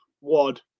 wad